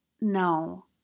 No